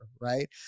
right